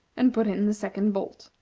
and put in the second bolt.